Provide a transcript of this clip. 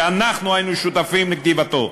שאנחנו היינו שותפים לכתיבתו,